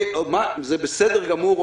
זה בסדר גמור,